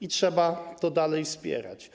i trzeba to nadal wspierać.